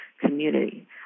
community